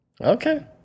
Okay